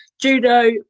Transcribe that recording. judo